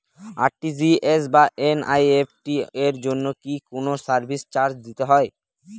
RTGS বা NEFT এর জন্য কি কোনো সার্ভিস চার্জ দিতে হয়?